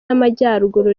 y’amajyaruguru